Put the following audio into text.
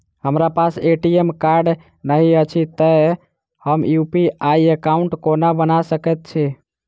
हमरा पास ATM card नहि अछि तए हम यु.पी.आई एकॉउन्ट कोना बना सकैत छी